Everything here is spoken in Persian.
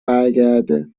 برگرده